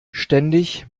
ständig